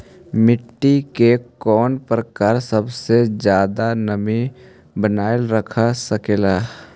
मिट्टी के कौन प्रकार सबसे जादा नमी बनाएल रख सकेला?